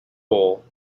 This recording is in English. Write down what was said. all